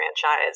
franchise